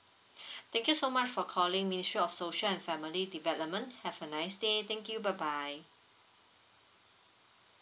thank you so much for calling ministry of social and family development have a nice day thank you bye bye